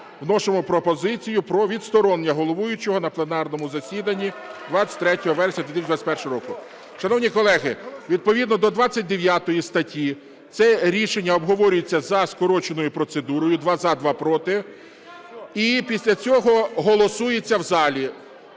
вносимо пропозицію про відсторонення головуючого на пленарному засіданні 23 вересня 2021 року". Шановні колеги, відповідно до 29 статті це рішення обговорюється за скороченою процедурою: два – за, два – проти, і після цього голосується в залі.